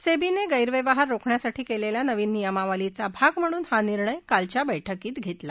सेबीनं गैरव्यवहार रोखण्यासाठी केलेल्या नवीन नियमावलीचा भाग म्हणून हा निर्णय कालच्या बैठकीत घेतला